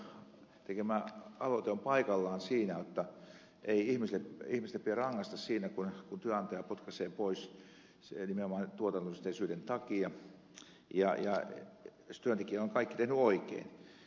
kuopan tekemä aloite on paikallaan jotta ei ihmistä pidä rangaista siitä kun työnantaja potkaisee pois nimenomaan tuotannollisten syiden takia jos työntekijä on kaikki tehnyt oikein